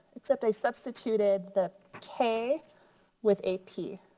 except i substituted the k with a p.